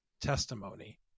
testimony